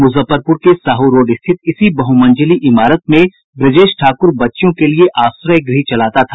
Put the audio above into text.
मुजफ्फरपुर के साहू रोड स्थित इसी बहुमंजिली इमारत में ब्रजेश ठाकुर बच्चियों के लिए आश्रय गृह चलाता था